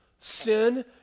Sin